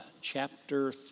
chapter